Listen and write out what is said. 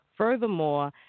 Furthermore